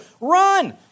Run